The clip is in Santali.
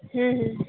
ᱦᱩᱸ ᱦᱩᱸ